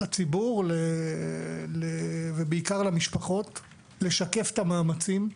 לציבור ועיקר למשפחות את המאמצים,